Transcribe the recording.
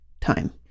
time